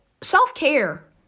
self-care